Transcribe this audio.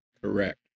correct